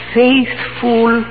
faithful